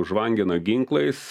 žvangina ginklais